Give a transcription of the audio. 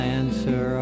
answer